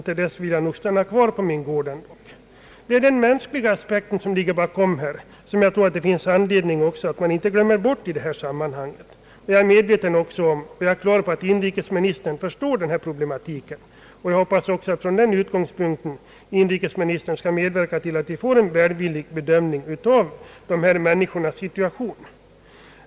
Till dess vill jag nog stanna kvar på min gård ändå. Det är den mänskliga aspekten som ligger bakom detta. Jag tror också att det finns anledning att i detta sammanhang inte glömma bort detta. Jag är medveten om att inrikesministern förstår denna problematik, och jag hoppas att inrikesministern från denna utgångspunkt skall medverka till att vi får en välvillig bedömning av dessa människors situation.